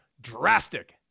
drastic